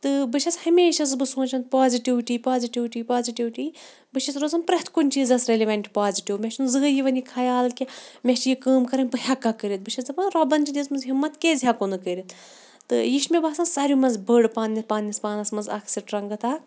تہٕ بہٕ چھَس ہمیشہِ چھَس بہٕ سونٛچان پازٹِوِٹی پازِٹِوِٹی پازِٹِوِٹی بہٕ چھَس روزان پرٛٮ۪تھ کُنہِ چیٖزَس ریٚلِوٮ۪نٛٹ پازِٹِو مےٚ چھُنہٕ زٕہٕنۍ یِوان یہِ خیال کہِ مےٚ چھِ یہِ کٲم کَرٕنۍ بہٕ ہٮ۪کا کٔرِتھ بہٕ چھَس دَپان رۄبَن چھِ دِژمٕژ ہِمت کیٛازِ ہٮ۪کو نہٕ کٔرِتھ تہٕ یہِ چھِ مےٚ باسان ساروے منٛز بٔڑ پنٛنِس پنٛںِس پانَس منٛز اَکھ سٕٹرٛنٛگٕتھ اَکھ